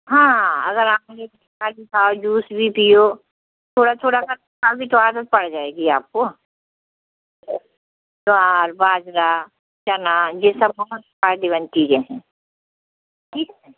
हाँ अगर आँवले का जूस भी पीओ थोड़ा थोड़ा करके तभी तो आदत पड़ जाएगी आपको ज्वार बाजरा चना यह सब बहुत फ़ायदेमंद चीज़ें हैं ठीक